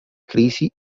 crisi